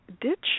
ditch